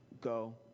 go